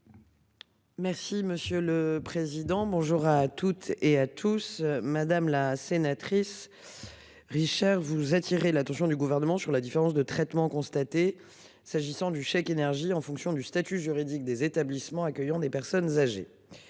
Merci, monsieur le Président, bonjour à toutes et à tous, madame la sénatrice. Richard vous attirer l'attention du gouvernement sur la différence de traitement constaté s'agissant du chèque énergie en fonction du statut juridique des établissements accueillant des personnes âgées.